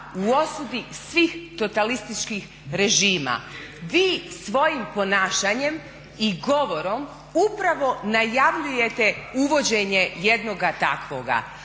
u osudi svih totalističkih režima. Vi svojim ponašanjem i govorom upravo najavljujete uvođenje jednoga takvoga,